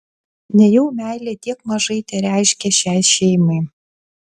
nejau meilė tiek mažai tereiškia šiai šeimai